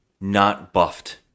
not-buffed